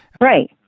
Right